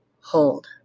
hold